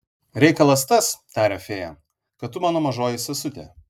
reikalas tas taria fėja kad tu mano mažoji sesutė